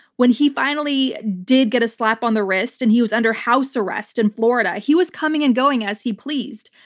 when he finally did get a slap on the wrist and he was under house arrest in and florida, he was coming and going as he pleased.